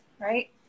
right